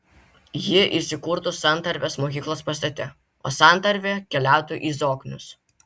ji įsikurtų santarvės mokyklos pastate o santarvė keliautų į zoknius